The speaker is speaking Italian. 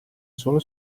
solo